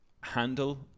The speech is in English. handle